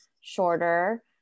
shorter